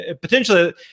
potentially